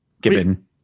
Given